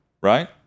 right